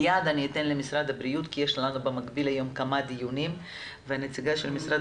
ומיד אתן למשרד הבריאות כי יש לנו היום כמה דיונים במקביל ונציגת משרד